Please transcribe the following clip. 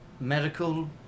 Medical